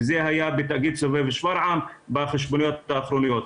זה היה בתאגיד סובב שפרעם בחשבוניות האחרונות.